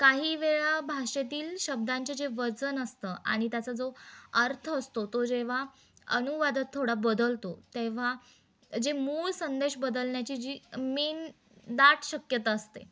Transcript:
काही वेळा भाषेतील शब्दांचे जे वजन असतं आणि त्याचा जो अर्थ असतो तो जेव्हा अनुवादात थोडा बदलतो तेव्हा जे मूळ संदेश बदलण्या्ची जी मेन दाट शक्यता असते